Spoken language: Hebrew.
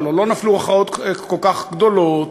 הלוא לא נפלו הכרעות כל כך גדולות,